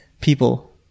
people